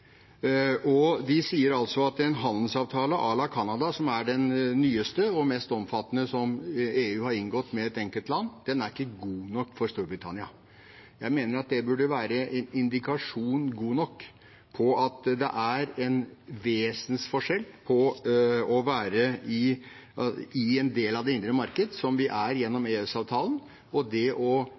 De sier altså at en handelsavtale à la Canada, som er den nyeste og mest omfattende som EU har inngått med et enkeltland, ikke er god nok for Storbritannia. Jeg mener at det burde være indikasjon god nok på at det er en vesensforskjell på å være en del av det indre marked, som vi er gjennom EØS-avtalen, og det å